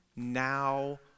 now